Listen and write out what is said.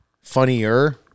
funnier